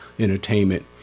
entertainment